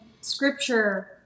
scripture